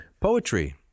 Poetry